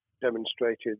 demonstrated